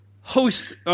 host –